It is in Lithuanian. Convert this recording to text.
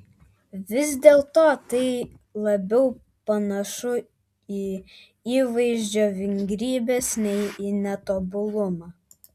vis dėlto tai labiau panašu į įvaizdžio vingrybes nei į netobulumą